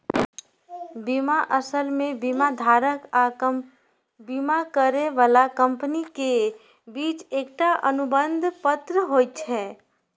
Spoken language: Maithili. बीमा असल मे बीमाधारक आ बीमा करै बला कंपनी के बीच एकटा अनुबंध पत्र होइ छै